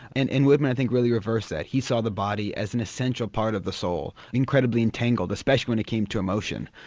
and and whitman i think really reversed that, he saw the body as an essential part of the soul, incredibly entangled especially when it came to emotion.